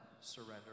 surrender